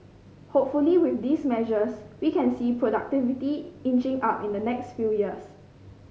hopefully with these measures we can see productivity inching up in the next few years